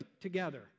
together